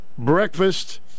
Breakfast